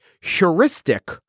heuristic